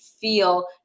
feel